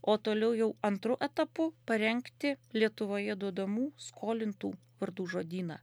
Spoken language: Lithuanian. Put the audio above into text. o toliau jau antru etapu parengti lietuvoje duodamų skolintų vardų žodyną